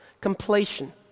completion